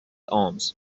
arms